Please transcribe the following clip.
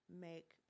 make